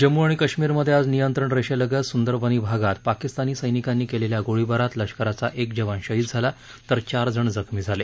जम्मू आणि कश्मीरमध्ये आज नियंत्रण रेषेलगत सुंदरबनी भागात पाकिस्तानी सैनिकांनी केलेल्या गोळीबारात लष्कराचा एक जवान शहीद झाला तर चारजण जखमी झाले